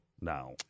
now